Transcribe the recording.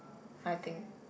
I think